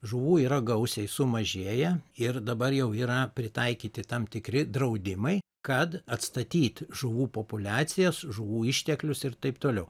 žuvų yra gausiai sumažėję ir dabar jau yra pritaikyti tam tikri draudimai kad atstatyti žuvų populiacijas žuvų išteklius ir taip toliau